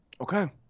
Okay